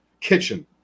kitchen